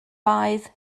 baedd